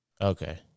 Okay